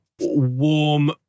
warm